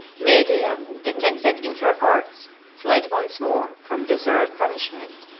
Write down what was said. medea, detected in her arts, fled once more from deserved punishment,